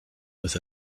with